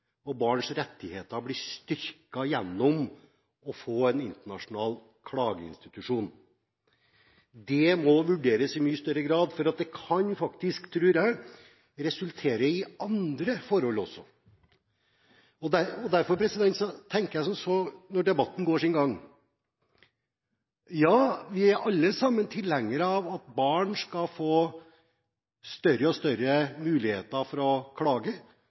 og rettigheter blir styrket gjennom å få en internasjonal klageinstitusjon. Det må vurderes i mye større grad. Dette kan faktisk, tror jeg, resultere i andre forhold også. Derfor tenker jeg som så, når debatten går sin gang: Vi er alle sammen tilhengere av at barn skal få større muligheter til å klage,